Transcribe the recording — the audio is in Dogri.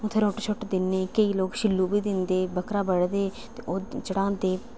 उत्थै रुट्ट शुट्ट दिन्नें केईं लोक छिल्लू बी दिंदे बक्करा बढदे ते ओह् चढ़ांदे